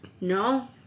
No